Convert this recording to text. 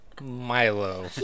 Milo